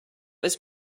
was